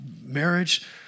marriage